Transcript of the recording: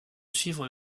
suivre